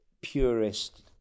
purist